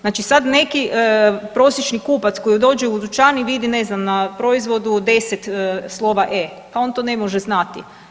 Znači sad neki prosječni kupac koji dođe u dućan i vidi, ne znam, na proizvodu 10 slova E, pa on to ne može znati.